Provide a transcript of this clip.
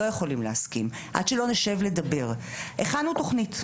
אני יכול לתאר לכם את המציאות.